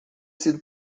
sido